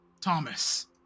Thomas